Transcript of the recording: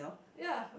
ya